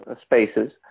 spaces